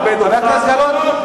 אתה לא נמצא במצב שתדבר הרבה.